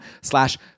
slash